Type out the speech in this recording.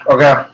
Okay